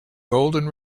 golden